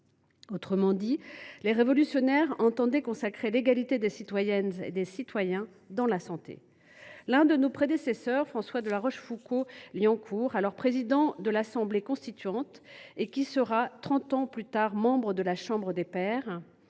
termes, les révolutionnaires entendaient consacrer l’égalité des citoyennes et des citoyens dans la santé. L’un de nos prédécesseurs, François de La Rochefoucauld Liancourt, alors président de l’Assemblée constituante, qui sera membre de la Chambre des Pairs